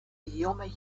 yummy